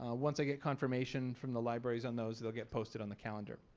once i get confirmation from the libraries on those they'll get posted on the calendar.